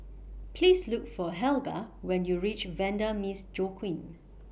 Please Look For Helga when YOU REACH Vanda Miss Joaquim